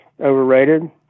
overrated